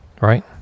right